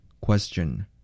Question